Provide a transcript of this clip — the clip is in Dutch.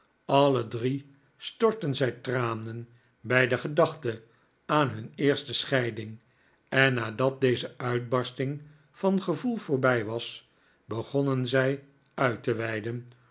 alle drie stortten zij tranen bij de gedachte aan hun eerste scheiding en nadat deze uitbarsting van gevoel voorbij was begonnen zij uit te weiden